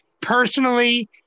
personally